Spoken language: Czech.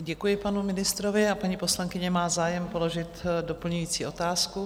Děkuji panu ministrovi a paní poslankyně má zájem položit doplňující otázku?